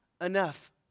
enough